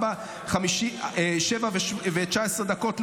19:19,